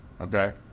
Okay